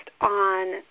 on